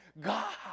God